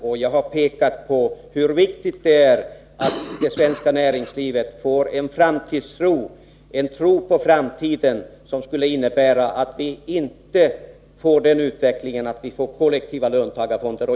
Jag har pekat på hur viktigt det är att det svenska näringslivet får en framtidstro som innebär att det inte blir några kollektiva löntagarfonder.